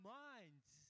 minds